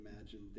imagine